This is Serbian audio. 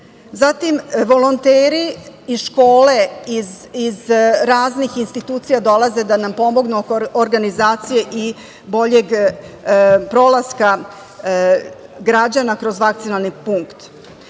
Zatim, volonteri iz škole, iz raznih institucija dolaze da nam pomognu oko organizacije i boljeg prolaska građana kroz vakcinalni punkt.